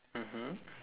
mmhmm